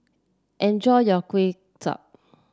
enjoy your kueh chai